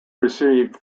received